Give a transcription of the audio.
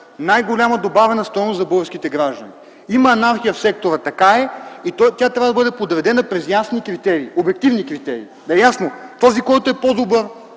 най-голяма добавена стойност за българските граждани. Има анархия в сектора – така е. Тя трябва да бъде подредена през ясни, обективни критерии. Да е ясно – този, който е по-добър,